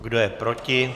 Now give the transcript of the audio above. Kdo je proti?